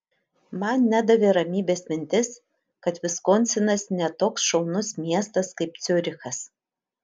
man nedavė ramybės mintis kad viskonsinas ne toks šaunus miestas kaip ciurichas